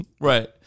right